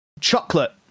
chocolate